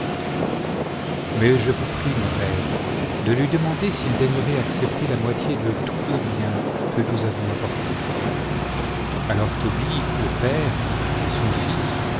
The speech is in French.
mais je vous prie mon père de lui demander s'il daignerait accepter la moitié de tout le bien que nous avons apporté alors tobie le père et son fils